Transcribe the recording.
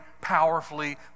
powerfully